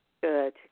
good